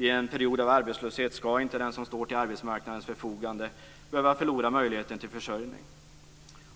I en period av arbetslöshet skall inte den som står till arbetsmarknadens förfogande behöva förlora möjligheten till försörjning.